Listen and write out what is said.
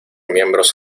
miembros